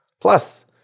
Plus